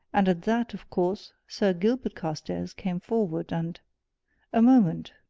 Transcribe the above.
and at that, of course, sir gilbert carstairs came forward, and a moment,